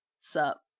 Sup